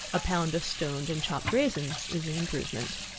a pound of stoned and chopped raisins is an improvement.